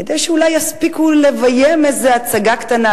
כדי שאולי יספיקו לביים איזו הצגה קטנה,